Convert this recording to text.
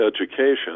education